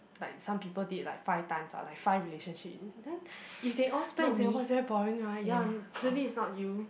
like some people date like five times ah like five relationship then if they all spend in Singapore it's very boring right ya clearly it's not you